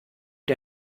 der